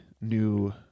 new